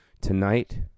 Tonight